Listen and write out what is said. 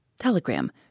Telegram